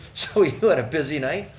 so you had a busy night.